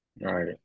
Right